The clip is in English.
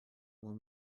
will